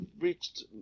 reached